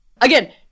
again